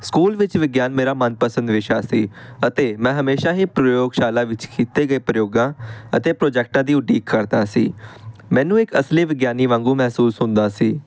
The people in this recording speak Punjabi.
ਸਕੂਲ ਵਿੱਚ ਵਿਗਿਆਨ ਮੇਰਾ ਮਨਪਸੰਦ ਵਿਸ਼ਾ ਸੀ ਅਤੇ ਮੈਂ ਹਮੇਸ਼ਾ ਹੀ ਪ੍ਰਯੋਗਸ਼ਾਲਾ ਵਿੱਚ ਕੀਤੇ ਗਏ ਪ੍ਰਯੋਗਾਂ ਅਤੇ ਪ੍ਰੋਜੈਕਟਾਂ ਦੀ ਉਡੀਕ ਕਰਦਾ ਸੀ ਮੈਨੂੰ ਇੱਕ ਅਸਲੀ ਵਿਗਿਆਨੀ ਵਾਂਗੂ ਮਹਿਸੂਸ ਹੁੰਦਾ ਸੀ